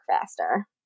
faster